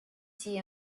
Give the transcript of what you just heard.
see